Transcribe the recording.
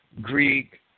Greek